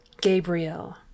Gabriel